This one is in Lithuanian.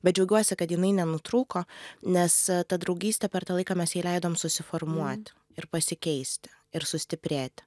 bet džiaugiuosi kad jinai nenutrūko nes ta draugystė per tą laiką mes jai leidom susiformuot ir pasikeisti ir sustiprėti